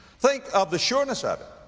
think of the sureness of it.